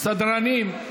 סדרנים,